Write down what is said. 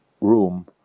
room